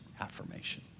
affirmation